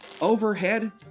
overhead